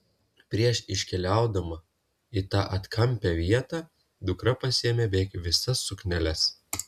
prieš iškeliaudama į tą atkampią vietą dukra pasiėmė beveik visas sukneles